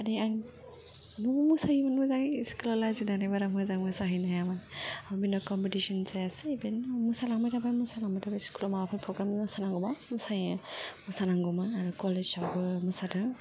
मानि आं न'आव मोसायोमोन मोजाङै स्कुलाव लाजिनानै बारा मोजां मोसाहैनो हायामोन बेनि उनाव क्मपिटिशन जायासै बेनि उनाव मोसालांबाय थाबाय मोसालांबाय थाबाय स्कुलाव माबा प्र'ग्रामाव मोसानांगौबा मोसायो मोसानांगौबा आरो कलेजावबो मोसादों